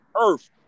Earth